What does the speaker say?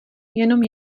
jenom